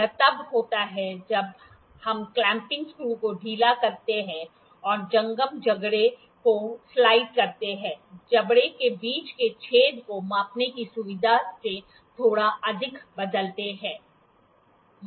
यह तब होता है जब हम क्लैंपिंग स्क्रू को ढीला करते हैं और जंगम जबड़े को स्लाइड करते हैं जबड़े के बीच के छेद को मापने की सुविधा से थोड़ा अधिक बदलते हैं